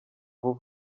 kuba